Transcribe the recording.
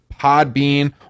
Podbean